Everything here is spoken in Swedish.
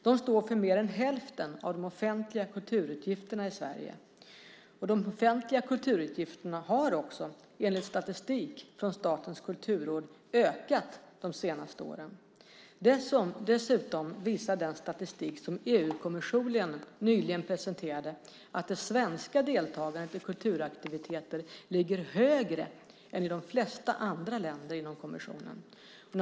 De står för mer än hälften av de offentliga kulturutgifterna i Sverige. De offentliga kulturutgifterna har också, enligt statistik från Statens kulturråd, ökat de senaste åren. Dessutom visar den statistik som EU-kommissionen nyligen presenterade att det svenska deltagandet i kulturaktiviteter ligger högre än i de flesta andra länder inom EU som representeras av kommissionen.